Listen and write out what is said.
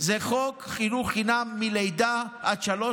זה חוק חינוך חינם מלידה עד שלוש.